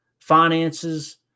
finances